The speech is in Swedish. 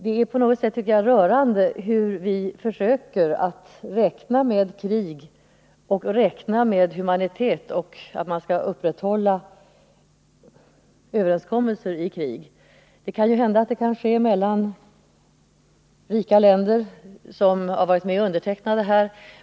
Det är på något sätt rörande hur vi försöker räkna med krig och samtidigt räknar med att man skall upprätthålla humanitet och överenskommelser under krig. Det kan ju hända att detta kan ske mellan rika länder, som har varit med och undertecknat avtalet.